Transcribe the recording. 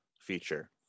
feature